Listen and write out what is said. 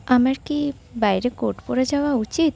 আমার কি বাইরে কোট পরে যাওয়া উচিত